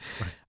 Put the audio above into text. Right